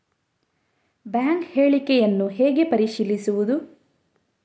Bank ಹೇಳಿಕೆಯನ್ನು ಹೇಗೆ ಪರಿಶೀಲಿಸುವುದು?